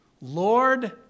Lord